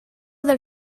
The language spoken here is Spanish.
del